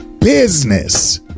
business